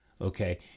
Okay